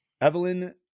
evelyn